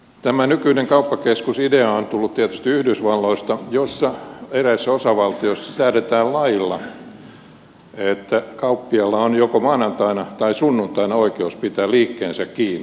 tämä nykyinen kauppakeskusidea on tullut tietysti yhdysvalloista jossa eräissä osavaltioissa säädetään lailla että kauppiaalla on joko maanantaina tai sunnuntaina oikeus pitää liikkeensä kiinni